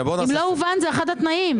אם לא הובן, זה אחד התנאים.